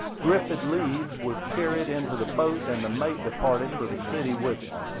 griffin leeds was carried into the boat, and the mate departed for the city with him.